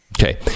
Okay